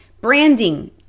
Branding